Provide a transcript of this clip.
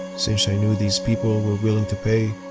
since i knew these people were willing to pay,